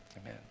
amen